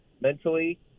mentally